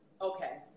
Okay